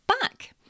back